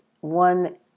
one